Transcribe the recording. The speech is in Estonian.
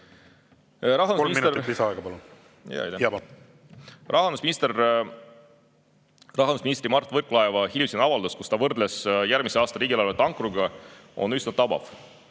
Rahandusminister Mart Võrklaeva hiljutine avaldus, kus ta võrdles järgmise aasta riigieelarvet ankruga, on üsna tabav.